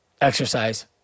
exercise